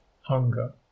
hunger